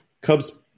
Cubs